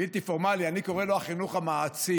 הבלתי-פורמלי, אני קורא לו: החינוך המעצים,